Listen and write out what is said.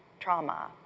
trauma,